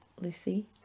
Lucy